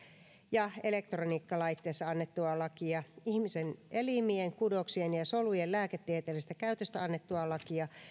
ja elektroniikkalaitteissa annettua lakia ihmisen elimien kudoksien ja solujen lääketieteellisestä käytöstä annettua lakia